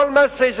כל מה שיש,